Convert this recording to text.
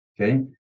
okay